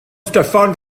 steffan